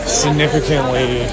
significantly